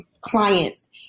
clients